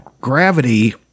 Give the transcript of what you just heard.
Gravity